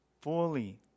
fully